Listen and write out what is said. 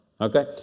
okay